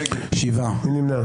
הצבעה לא אושרו.